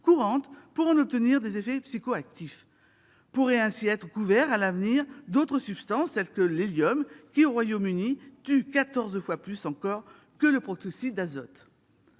courante pour en obtenir des effets psychoactifs. Pourraient ainsi être couvertes, à l'avenir, d'autres substances, tel l'hélium qui, au Royaume-Uni, tue quatorze fois plus encore que le protoxyde d'azote.